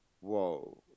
whoa